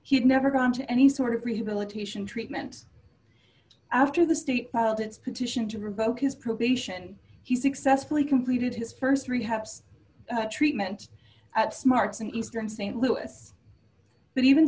he'd never gone to any sort of rehabilitation treatment after the state filed its petition to revoke his probation he successfully completed his st rehabs treatment at smarts in eastern st louis but even